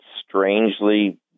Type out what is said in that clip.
strangely